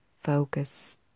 focus